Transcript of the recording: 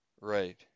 Right